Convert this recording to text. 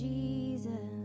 Jesus